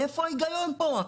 איפה ההיגיון פה?